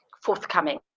forthcoming